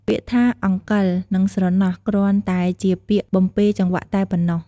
ពាក្យថា "អង្កិល" និង "ស្រណោះ" គ្រាន់តែជាពាក្យបំពេរចង្វាក់តែប៉ុណ្ណោះ។